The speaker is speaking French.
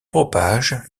propage